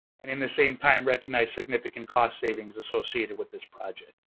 and, in the same time, recognize significant cost savings associated with this project.